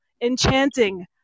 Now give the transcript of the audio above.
enchanting